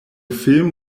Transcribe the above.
film